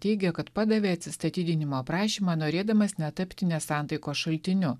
teigė kad padavė atsistatydinimo prašymą norėdamas netapti nesantaikos šaltiniu